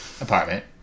apartment